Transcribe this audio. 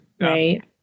right